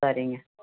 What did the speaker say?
சரிங்க